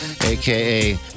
aka